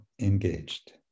engaged